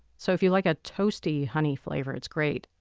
so, if you like a toasty honey flavor it's great.